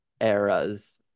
eras